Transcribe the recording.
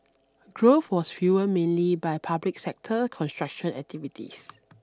growth was fuelled mainly by public sector construction activities